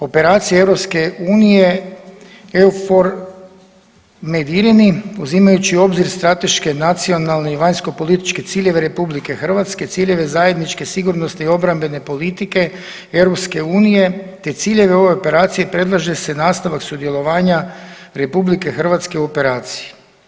Operacije EU „EUNAVFOR MED IRINI“ uzimajući u obzir strateške nacionalne i vanjskopolitičke ciljeve RH, ciljeve zajedničke sigurnosno-obrambene politike EU te ciljeve ove operacije predlaže se nastavak sudjelovanja RH u operaciji.